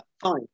fine